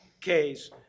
case